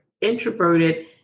introverted